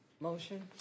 Motion